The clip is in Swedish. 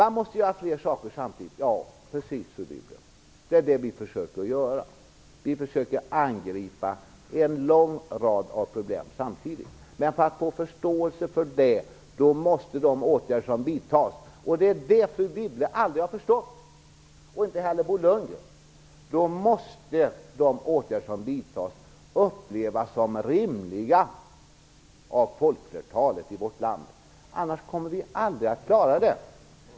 Man måste göra flera saker samtidigt, säger fru Wibble. Det är precis det vi försöker göra. Vi försöker angripa en lång rad av problem samtidigt. Men för att få förståelse för det måste de åtgärder som vidtas upplevas som rimliga av folkflertalet i vårt land. Det är det fru Wibble, liksom Bo Lundgren, aldrig har förstått. Annars kommer vi aldrig att klara det.